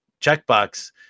checkbox